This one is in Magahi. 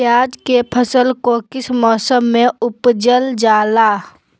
प्याज के फसल को किस मौसम में उपजल जाला?